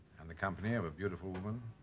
and the company of a beautiful woman